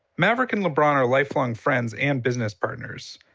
maverick and lebron are lifelong friends and business partners.